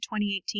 2018